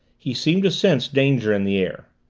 he seemed to sense danger in the air.